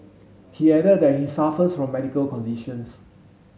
he added that he suffers from medical conditions